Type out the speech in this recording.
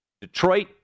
Detroit